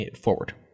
forward